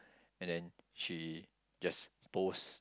and then she just post